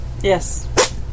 Yes